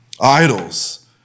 Idols